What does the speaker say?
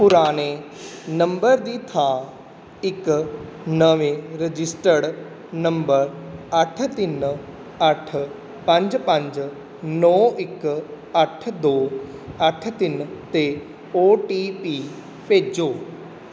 ਪੁਰਾਣੇ ਨੰਬਰ ਦੀ ਥਾਂ ਇੱਕ ਨਵੇਂ ਰਜਿਸਟਰਡ ਨੰਬਰ ਅੱਠ ਤਿੰਨ ਅੱਠ ਪੰਜ ਪੰਜ ਨੌਂ ਇੱਕ ਅੱਠ ਦੋ ਅੱਠ ਤਿੰਨ 'ਤੇ ਓ ਟੀ ਪੀ ਭੇਜੋ